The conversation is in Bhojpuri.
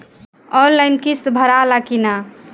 आनलाइन किस्त भराला कि ना?